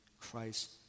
christ